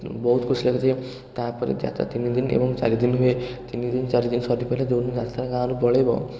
ବହୁତ ଖୁସି ଲାଗିଥାଏ ତା'ପରେ ଯାତ୍ରା ତିନିଦିନ ଏବଂ ଚାରିଦିନ ହୁଏ ତିନିଦିନ ଚାରିଦିନ ସରିଗଲେ ଯେଉଁଦିନ ଯାତ୍ରା ଗାଁରୁ ପଳେଇବ